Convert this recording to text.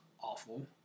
awful